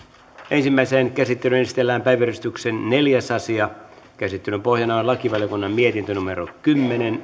ensimmäiseen käsittelyyn esitellään päiväjärjestyksen neljäs asia käsittelyn pohjana on lakivaliokunnan mietintö kymmenen